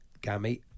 Gammy